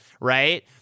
right